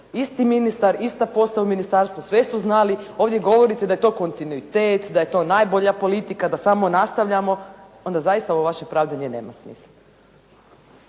Isti ministar, ista posla u ministarstvu, sve su znali. Ovdje govorite da je to kontinuitet, da je to najbolja politika, da samo nastavljamo. Onda zaista ovo vaše pravdanje nema smisla.